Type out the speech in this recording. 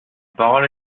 parole